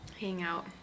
hangout